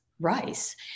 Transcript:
rice